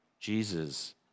Jesus